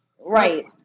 Right